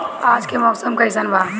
आज के मौसम कइसन बा?